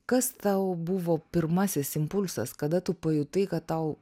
kas tau buvo pirmasis impulsas kada tu pajutai kad tau